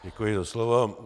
Děkuji za slovo.